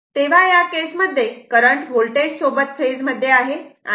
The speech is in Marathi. तेव्हा या केस मध्ये करंट होल्टेज सोबत फेज मध्ये आहे